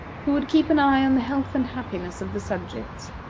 who would keep an eye on the health and happiness of the subjects,